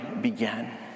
began